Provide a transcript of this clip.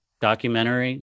documentary